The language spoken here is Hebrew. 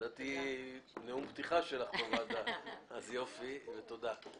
לדעתי זה נאום פתיחה שלך בוועדה, אז יופי ותודה.